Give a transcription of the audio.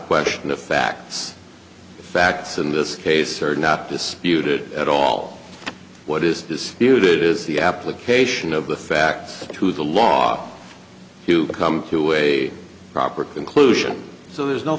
question of facts facts in this case are not disputed at all what is disputed is the application of the facts to the law to come to a proper conclusion so there is no